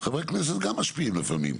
חברי הכנסת גם משפיעים לפעמים.